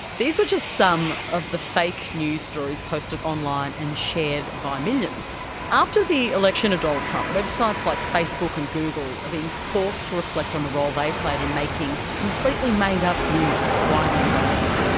these were just some of the fake news stories posted online and shared by millions. after the election of donald trump, websites like facebook and google are being forced to reflect on the role they played in making completely made-up news widely available.